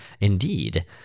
Indeed